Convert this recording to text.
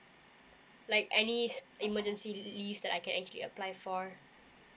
like any emergency leave that I can actually apply for